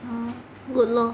good lor